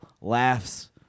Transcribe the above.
laughs